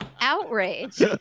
outrage